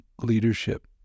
leadership